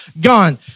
gone